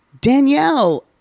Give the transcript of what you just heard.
Danielle